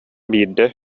биирдэ